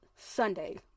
sunday